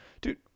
dude